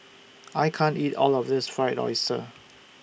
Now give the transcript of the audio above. I can't eat All of This Fried Oyster